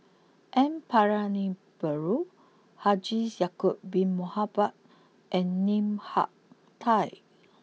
N Palanivelu Haji Ya'acob Bin Mohamed and Lim Hak Tai